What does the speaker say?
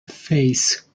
phase